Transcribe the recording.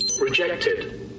Rejected